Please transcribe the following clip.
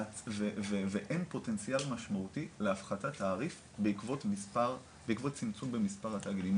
ואין פוטנציאל משמעותי להפחתת תעריף בעקבות צמצום במספר התאגידים.